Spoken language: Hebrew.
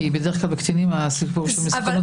כי בדרך כלל בקטינים הסיפור של מסוכנות